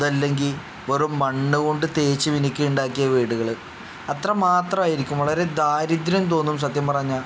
അത് അല്ലെങ്കിൽ വെറും മണ്ണ് കൊണ്ട് തേച്ച് മിനുക്കി ഉണ്ടാക്കിയ വീടുകൾ അത്ര മാത്രമായിരിക്കും വളരെ ദാരിദ്ര്യം തോന്നും സത്യം പറഞ്ഞാൽ